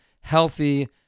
healthy